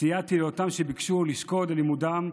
סייעתי לאותם אלה שביקשו לשקוד על לימודם,